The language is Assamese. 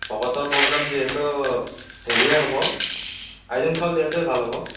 ভকতৰ প্ৰগ্ৰাম যিহেতু হেৰিয়ে হ'ব আইজং চাউল দিয়টোৱে ভাল হ'ব